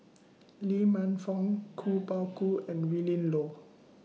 Lee Man Fong Kuo Pao Kun and Willin Low